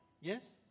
Yes